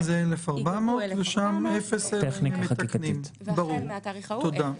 ייגבו 1,400, והחל מהתאריך ההוא אפס.